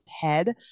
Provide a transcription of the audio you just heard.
head